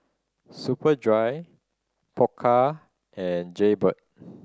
Superdry Pokka and Jaybird